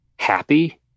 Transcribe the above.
happy